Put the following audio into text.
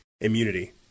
immunity